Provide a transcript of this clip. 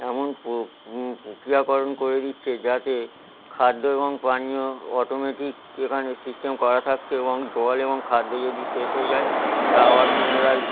এমন পো প্রক্রিয়াকরণ করে দিচ্ছে যাতে খাদ্য এবং পানীয় অটোমেটিক এখানে সিস্টেম করা থাকছে এবং জল এবং খাদ্য যদি শেষ হয়ে যায় তা আবার পুনরায়